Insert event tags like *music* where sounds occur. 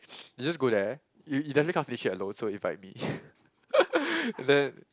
*noise* you just go there you you definitely can't finish it alone so invite me *laughs* and then